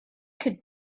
could